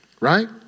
Right